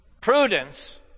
Prudence